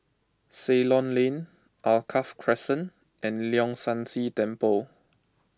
Ceylon Lane Alkaff Crescent and Leong San See Temple